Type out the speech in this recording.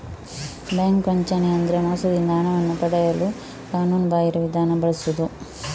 bank ವಂಚನೆ ಅಂದ್ರೆ ಮೋಸದಿಂದ ಹಣವನ್ನು ಪಡೆಯಲು ಕಾನೂನುಬಾಹಿರ ವಿಧಾನ ಬಳಸುದು